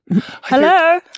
Hello